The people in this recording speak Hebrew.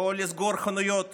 או לסגור חנויות